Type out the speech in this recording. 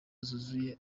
zuzuye